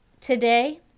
Today